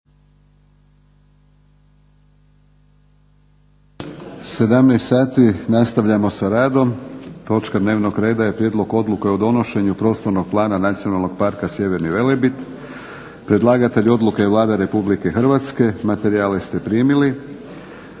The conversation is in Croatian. sati, nastavljamo sa radom. Točka dnevnog reda je - Prijedlog odluke o donošenju Prostornog plana Nacionalnog parka Sjeverni Velebit Predlagatelj odluke je Vlada RH. Materijale ste primili.